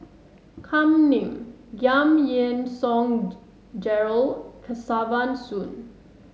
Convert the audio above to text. Kam Ning Giam Yean Song Gerald Kesavan Soon